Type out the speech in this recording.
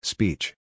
Speech